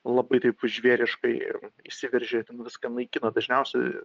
labai taip žvėriškai išsiveržė ten viską naikina dažniausiai